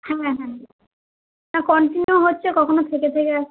হ্যাঁ হ্যাঁ না কনটিনিউ হচ্ছে কখনও থেকে থেকে আসছে